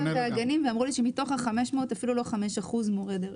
אמרו לי שמתוך ה-500 אפילו לא 5% היו מורי דרך.